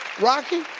rocky,